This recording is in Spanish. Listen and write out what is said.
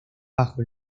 bajo